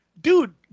dude